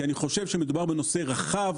אני חושב שמדובר בנושא רחב,